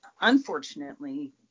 unfortunately